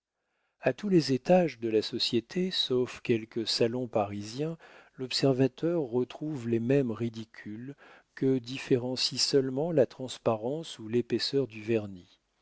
a tous les étages de la société sauf quelques salons parisiens l'observateur retrouve les mêmes ridicules que différencient seulement la transparence ou l'épaisseur du vernis